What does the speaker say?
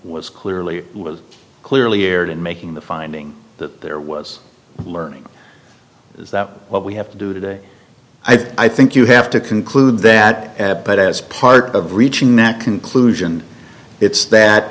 was clearly clearly erred in making the finding that there was learning is that what we have to do today i think you have to conclude that as part of reaching that conclusion it's that